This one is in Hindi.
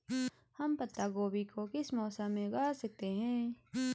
हम पत्ता गोभी को किस मौसम में उगा सकते हैं?